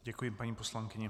Děkuji, paní poslankyně.